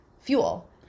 fuel